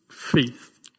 Faith